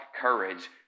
courage